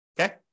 Okay